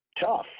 tough